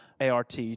ART